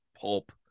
pulp